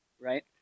right